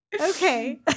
okay